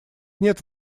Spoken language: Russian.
нет